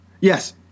Yes